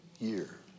year